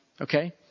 okay